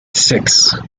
six